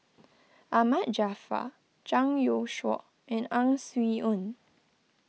Ahmad Jaafar Zhang Youshuo and Ang Swee Aun